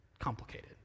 complicated